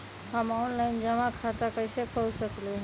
हम ऑनलाइन जमा खाता कईसे खोल सकली ह?